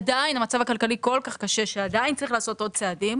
עדיין המצב הכלכלי כל כך קשה שעדיין צריך לעשות עוד צעדים,